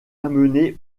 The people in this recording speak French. amené